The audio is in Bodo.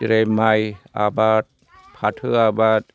जेरै माइ आबाद फाथो आबाद